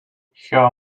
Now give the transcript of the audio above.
her